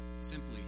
Simply